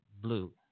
blue